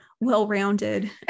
well-rounded